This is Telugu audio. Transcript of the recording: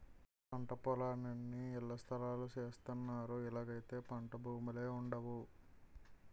పంటపొలాలన్నీ ఇళ్లస్థలాలు సేసస్తన్నారు ఇలాగైతే పంటభూములే వుండవు